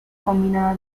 combinada